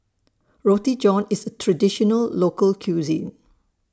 Roti John IS A Traditional Local Cuisine